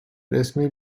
resmi